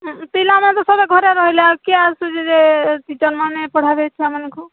ପିଲାମାନେ ତ ସଭିଏଁ ଘରେ ରହିଲେ ଆଉ କିଏ ଆସୁଛି ଯେ ଏ ଟିଚର୍ମାନେ ପଢ଼ାଇବେ ଛୁଆମାନଙ୍କୁ